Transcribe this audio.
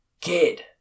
kid